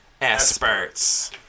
experts